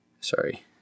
Sorry